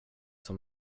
som